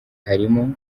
harimo